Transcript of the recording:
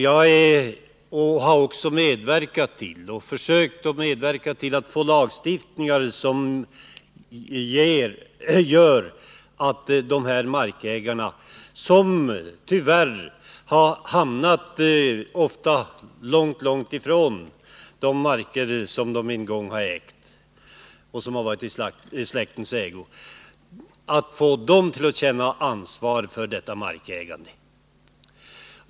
Jag har också försökt medverka till en lagstiftning som får de här markägarna, som tyvärr ofta har hamnat långt ifrån de marker som kanske länge har varit i släktens ägo, att känna ansvar för detta markägande.